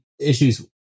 issues